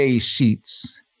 Sheets